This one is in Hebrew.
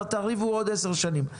תריבו עוד עשר שנים,